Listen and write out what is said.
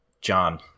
John